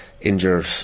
injured